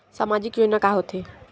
सामाजिक योजना का होथे?